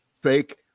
fake